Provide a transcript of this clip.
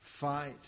fight